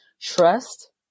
trust